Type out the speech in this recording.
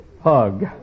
Hug